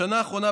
בשנה האחרונה,